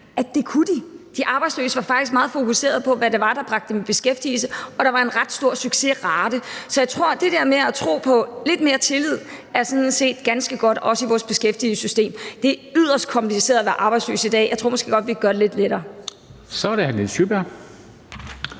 at det gjorde de. De arbejdsløse var faktisk meget fokuserede på, hvad det var, der bragte dem i beskæftigelse, og der var en ret stor succesrate. Så jeg tror, at det der med at vise lidt mere tillid sådan set er ganske godt, også i vores beskæftigelsessystem. Det er yderst kompliceret at være arbejdsløs i dag. Jeg tror måske godt, vi kan gøre det lidt lettere. Kl. 14:58 Formanden (Henrik